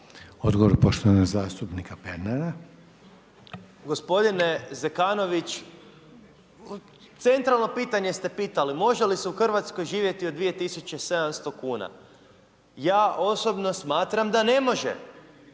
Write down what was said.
**Pernar, Ivan (Živi zid)** Gospodine Zekonović, centralno pitanje ste pitali, može li se u Hrvatskoj živjeti od 2700 kuna. Ja osobno smatram da ne može,